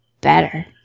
better